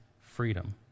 freedom